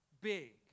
big